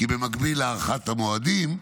כי במקביל לדחיית המועדים,